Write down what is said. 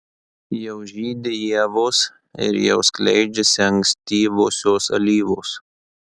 jau žydi ievos ir jau skleidžiasi ankstyvosios alyvos